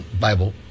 bible